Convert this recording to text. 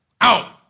out